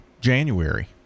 January